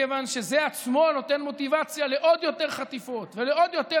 מכיוון שזה עצמו נותן מוטיבציה לעוד יותר חטיפות ולעוד יותר